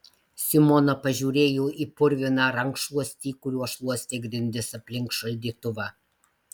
simona pažiūrėjo į purviną rankšluostį kuriuo šluostė grindis aplink šaldytuvą